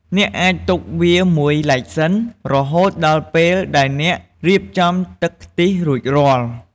អ្នកអាចទុកវាមួយឡែកសិន រហូតដល់ពេលដែលអ្នករៀបចំទឹកខ្ទិះរួចរាល់។